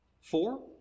Four